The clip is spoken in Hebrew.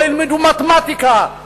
לא ילמדו מתמטיקה,